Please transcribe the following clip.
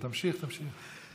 תמשיך, תמשיך.